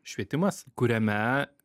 švietimas kuriame